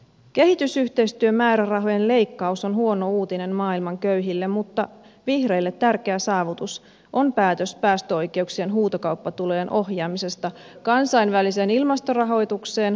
kehitysyhteistyömäärärahojen leikkaus on huono uutinen maailman köyhille mutta vihreille tärkeä saavutus on päätös päästöoikeuksien huutokauppatulojen ohjaamisesta kansainväliseen ilmastorahoitukseen ja kehitysyhteistyöhön